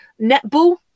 netball